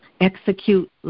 execute